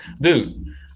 dude